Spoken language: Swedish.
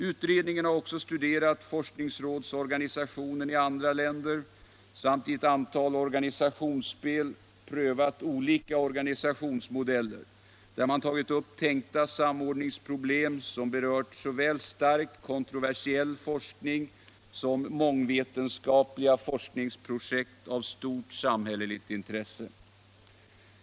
Utredningen har också studerat forskningsrådsorganisationen i andra länder samt i ett antal organisationsspel prövat olika organisationsmodeller, där man tagit upp tänkta samordningsproblem som berört såväl starkt kontroversiell forskning som mångvetenskapliga forskningsprojekt av stort samhälleligt intresse.